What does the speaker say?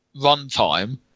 runtime